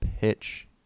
pitch